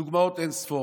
דוגמאות אין-ספור.